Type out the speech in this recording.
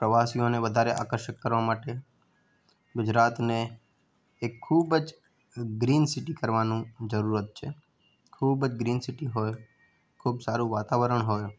પ્રવાસીઓને વધારે આકર્ષિત કરવા માટે ગુજરાતને એક ખૂબ જ ગ્રીન સીટી કરવાનું જરૂર છે ખૂબ જ ગ્રીન સીટી હોય ખૂબ સારું વાતાવરણ હોય